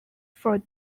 for